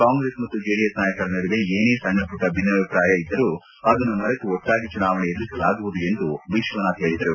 ಕಾಂಗ್ರೆಸ್ ಮತ್ತು ಜೆಡಿಎಸ್ ನಾಯಕರ ನಡುವೆ ಏನೇ ಸಣ್ಣಪುಟ್ಟ ಭಿನ್ನಾಭಿಪ್ರಾಯ ಇದ್ದರೂ ಅದನ್ನು ಮರೆತು ಒಟ್ಟಾಗಿ ಚುನಾವಣೆ ಎದುರಿಸಲಾಗುವುದು ಎಂದು ವಿಶ್ವನಾಥ್ ಹೇಳಿದರು